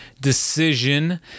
decision